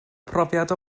profiad